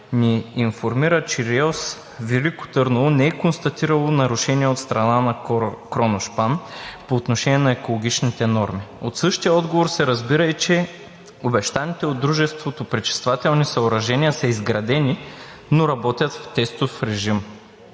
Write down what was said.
ни информира, че РИОСВ – Велико Търново не е констатирало нарушения от страна на „Кроношпан“ по отношение на екологичните норми. От същия отговор се разбира и че обещаните от дружеството пречиствателни съоръжения са изградени, но работят в тестов режим.